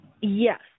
Yes